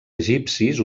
egipcis